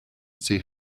see